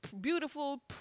beautiful